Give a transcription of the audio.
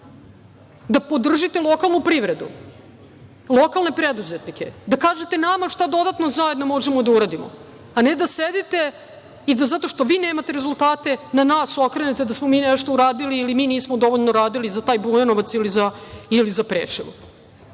da podržite lokalnu privredu, lokalne preduzetnike, da kažete nama šta dodatno zajedno možemo da uradimo, a ne da sedite i da zato što vi nemate rezultate na nas okrenete da smo mi nešto uradili ili mi nismo dovoljno radili za taj Bujanovac ili za Preševo. Kada